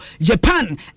Japan